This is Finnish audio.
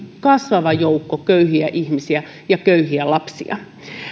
kasvava joukko köyhiä ihmisiä ja köyhiä lapsia